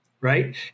right